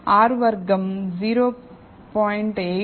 R వర్గం 0